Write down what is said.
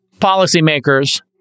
policymakers